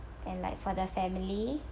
and like for their family